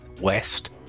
west